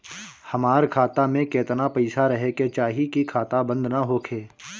हमार खाता मे केतना पैसा रहे के चाहीं की खाता बंद ना होखे?